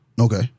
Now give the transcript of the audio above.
Okay